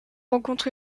rencontre